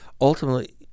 Ultimately